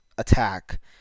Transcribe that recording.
attack